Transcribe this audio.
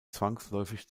zwangsläufig